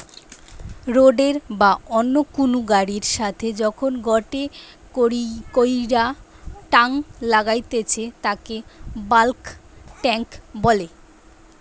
রোডের বা অন্য কুনু গাড়ির সাথে যখন গটে কইরা টাং লাগাইতেছে তাকে বাল্ক টেংক বলে